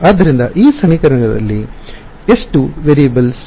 ಆದ್ದರಿಂದ ಈ ಸಮೀಕರಣದಲ್ಲಿ ಎಷ್ಟು ಅಸ್ಥಿರಗಳಿವೆ ವೆರಿಯೇಬಲ್ಸ್